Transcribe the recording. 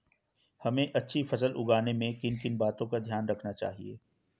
हमें अच्छी फसल उगाने में किन किन बातों का ध्यान रखना चाहिए?